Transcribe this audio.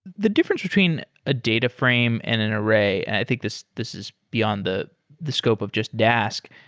the difference between a data frame and an array, and i think this this is beyond the the scope of just dask.